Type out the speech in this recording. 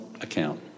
account